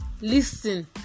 Listen